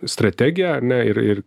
strategiją ar ne ir ir